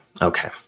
okay